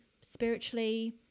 spiritually